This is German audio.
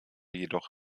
jedoch